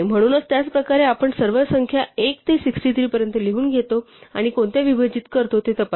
म्हणून त्याच प्रकारे आपण सर्व संख्या एक ते 63 पर्यंत लिहून घेतो आणि कोणत्या विभाजित करतो ते तपासतो